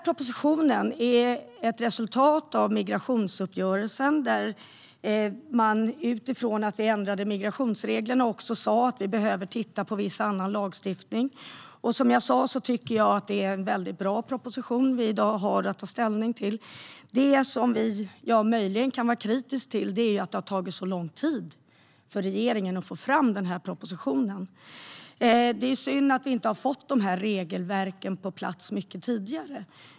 Propositionen är ett resultat av migrationsuppgörelsen. Utifrån att vi ändrade migrationsreglerna sa vi att vi också behöver titta på viss annan lagstiftning. Som jag sa tycker jag att det är en väldigt bra proposition som vi i dag har att ta ställning till. Det som jag möjligen kan vara kritisk till är att det har tagit så lång tid för regeringen att få fram denna proposition. Det är synd att vi inte har fått regelverken på plats mycket tidigare.